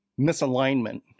misalignment